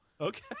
Okay